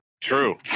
True